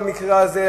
במקרה הזה,